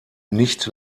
nicht